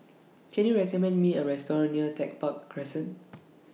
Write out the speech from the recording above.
Can YOU recommend Me A Restaurant near Tech Park Crescent